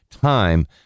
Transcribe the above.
time